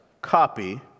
copy